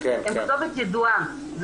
הם כבר כתובת ידועה,